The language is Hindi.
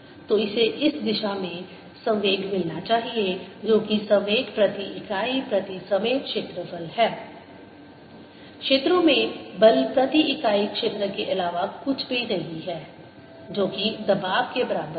तो इसे इस दिशा में संवेग मिलना चाहिए जो कि संवेग प्रति इकाई समय प्रति इकाई क्षेत्रफल है क्षेत्रों में बल प्रति इकाई क्षेत्र के अलावा कुछ भी नहीं है जो कि दबाव के बराबर है